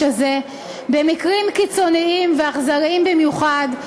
הזה במקרים קיצוניים ואכזריים במיוחד,